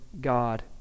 God